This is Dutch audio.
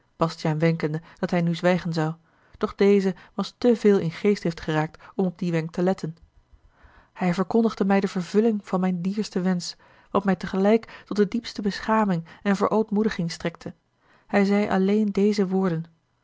bastiaan wenkende dat hij nu zwijgen zou doch deze was te veel in geestdrift geraakt om op dien wenk te letten hij verkondigde mij de vervulling van mijn diersten wensch wat mij tegelijk tot de diepste beschaming en verootmoediging strekte hij zeî alleen deze woorden